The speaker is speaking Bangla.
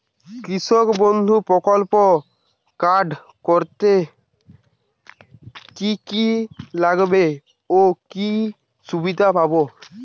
কৃষক বন্ধু প্রকল্প কার্ড করতে কি কি লাগবে ও কি সুবিধা পাব?